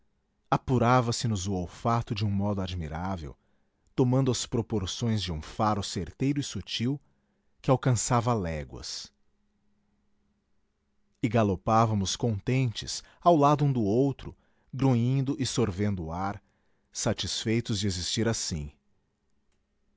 se perdia apurava se nos o olfato de um modo admirável tomando as proporções de um faro certeiro e sutil que alcançava léguas e galopávamos contentes ao lado um do outro grunhindo e sorvendo o ar satisfeitos de existir assim